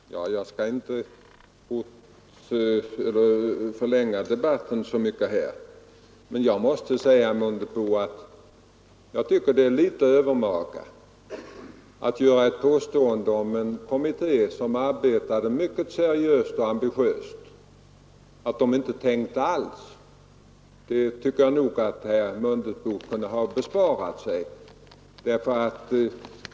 Herr talman! Jag skall inte mycket förlänga debatten. Jag måste säga till herr Mundebo att jag tycker att det är litet övermaga att om en kommitté, som arbetade mycket seriöst och ambitiöst, ge det omdömet att den inte tänkte alls. Det tycker jag herr Mundebo kunde besparat sig.